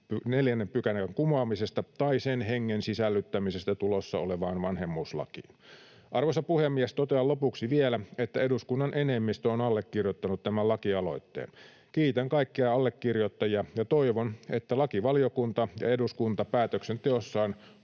isyyslain 44 §:n kumoamisesta tai sen hengen sisällyttämisestä tulossa olevaan vanhemmuuslakiin. Arvoisa puhemies! Totean lopuksi vielä, että eduskunnan enemmistö on allekirjoittanut tämän lakialoitteen. Kiitän kaikkia allekirjoittajia, ja toivon, että lakivaliokunta ja eduskunta päätöksenteossaan